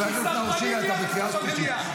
חבר הכנסת נאור שירי, אתה בקריאה שלישית.